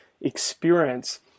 experience